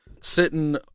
sitting